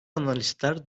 analistler